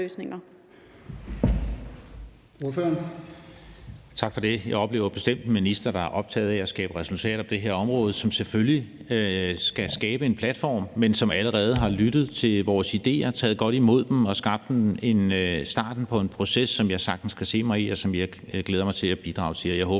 Tak for det. Jeg oplever bestemt ministeren som en, der er optaget af at skabe resultater på det her område, og som selvfølgelig skal skabe en platform og allerede har lyttet til vores idéer, taget godt imod dem og skabt starten på en proces, som jeg sagtens kan se mig i og glæder mig til at bidrage til. Jeg håber,